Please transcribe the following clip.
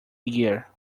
year